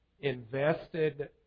invested